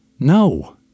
No